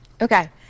Okay